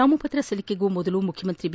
ನಾಮಪತ್ರ ಸಲ್ಲಿಕೆಗೂ ಮೊದಲು ಮುಖ್ಯಮಂತ್ರಿ ಬಿ